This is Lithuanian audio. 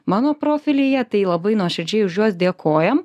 mano profilyje tai labai nuoširdžiai už juos dėkojam